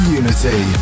unity